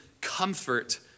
comfort